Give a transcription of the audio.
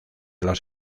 los